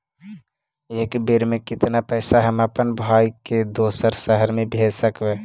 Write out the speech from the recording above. एक बेर मे कतना पैसा हम अपन भाइ के दोसर शहर मे भेज सकबै?